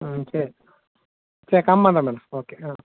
ம் சரி சரி கம்மியாக தான் மேம் ஓகே ஆ